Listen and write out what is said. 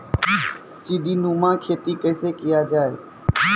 सीडीनुमा खेती कैसे किया जाय?